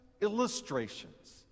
illustrations